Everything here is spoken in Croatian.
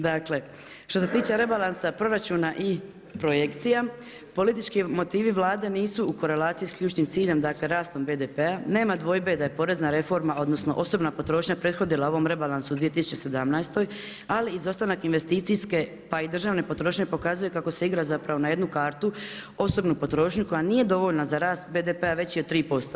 Dakle, što se tiče rebalansa proračuna i projekcija, politički motivi Vlade nisu u korelacije s ključnim ciljem, dakle, rastom BDP-a, nema dvojbe da je porezna reforma, odnosno, osobna potrošnja prethodila ovom rebalansu 2017., ali izostanak investicijske pa i državne potrošnje pokazuje kako se igra zapravo na jednu kartu, osobnu potrošnju koja nije dovoljna za rast BDP veći od 3%